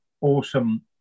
awesome